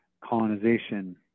colonization